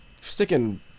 sticking